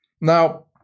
Now